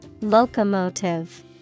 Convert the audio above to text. Locomotive